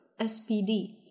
SPD